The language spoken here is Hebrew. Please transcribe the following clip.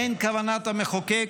אין כוונת המחוקק